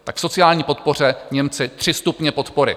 V sociální podpoře Němci tři stupně podpory.